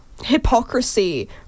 hypocrisy